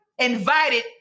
invited